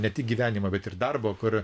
ne tik gyvenimą bet ir darbo kur